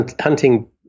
hunting